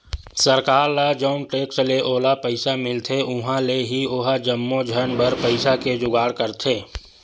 सरकार ल जउन टेक्स ले ओला पइसा मिलथे उहाँ ले ही ओहा जम्मो झन बर पइसा के जुगाड़ करथे